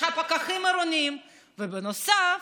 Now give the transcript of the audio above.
יש לך פקחים עירוניים, ובנוסף,